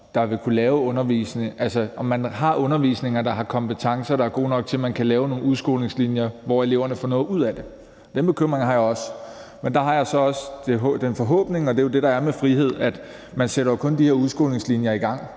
det, er deres bekymring, om man har undervisere, der har kompetencer, der er gode nok til, at man kan lave nogle udskolingslinjer, hvor eleverne får noget ud af det. Den bekymring har jeg også, men der har jeg så også den forhåbning – og det er jo det, der er med frihed – at man kun sætter de her udskolingslinjer i gang